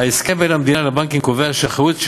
ההסכם בין המדינה לבנקים קובע שהאחריות של